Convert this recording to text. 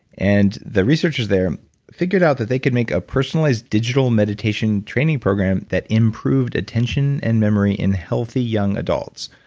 and the researchers there figured out that they could make a personalized digital meditation training program that improved attention and memory in healthy young adults.